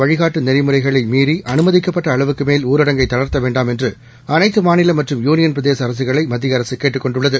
வழிகாட்டுநெறிமுறைகளைமீறிஅனுமதிக்கப்பட்டஅளவுக்குமேல்ஊ ரடங்கைத்தளர்த்தவேண்டாம்என்றுஅனைத்துமாநிலமற்றும்யூனிய ன்பிரதேசஅரசுகளைமத்தியஅரசுகேட்டுக்கொண்டுள்ளது